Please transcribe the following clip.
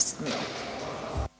Hvala.